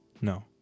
no